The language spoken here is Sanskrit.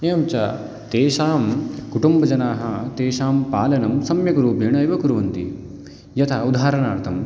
एवञ्च तेषां कुटुम्बजनाः तेषां पालनं सम्यक्रूपेणैव कुर्वन्ति यथा उदाहरणार्थम्